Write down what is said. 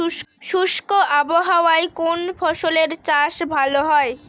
শুষ্ক আবহাওয়ায় কোন ফসলের চাষ ভালো হয়?